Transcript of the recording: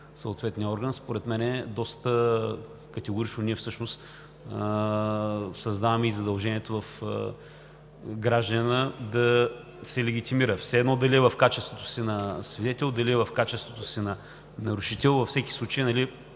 съответния орган, според мен доста категорично създаваме и задължението гражданинът да се легитимира – все едно дали е в качеството си на свидетел, дали е в качеството си на нарушител – във всеки случай.